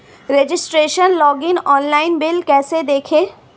Registration login online bill कैसे देखें?